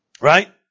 Right